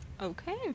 Okay